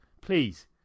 please